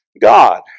God